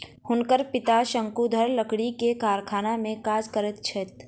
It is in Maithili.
हुनकर पिता शंकुधर लकड़ी के कारखाना में काज करैत छथि